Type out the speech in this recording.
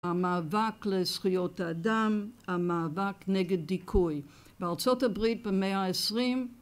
המאבק לזכויות האדם המאבק נגד דיכוי בארצות הברית במאה העשרים